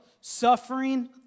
Suffering